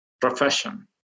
profession